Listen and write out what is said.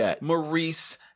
Maurice